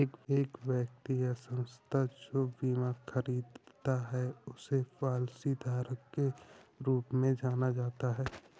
एक व्यक्ति या संस्था जो बीमा खरीदता है उसे पॉलिसीधारक के रूप में जाना जाता है